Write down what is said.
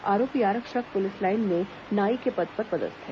आरोपी आरक्षक police line में नाई के पद पर पदस्थ है